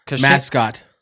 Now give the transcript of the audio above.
mascot